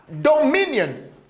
dominion